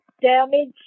damage